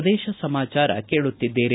ಪ್ರದೇಶ ಸಮಾಚಾರ ಕೇಳುತ್ತಿದ್ದೀರಿ